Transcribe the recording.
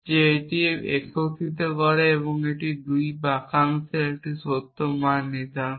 যে এটি একত্রিত করে এটি 2 বাক্যাংশের একটি সত্য মান নির্ধারণ করে